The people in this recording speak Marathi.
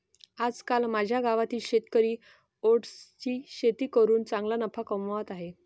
आजकाल माझ्या गावातील शेतकरी ओट्सची शेती करून चांगला नफा कमावत आहेत